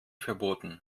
verboten